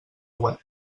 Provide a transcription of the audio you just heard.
web